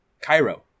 Cairo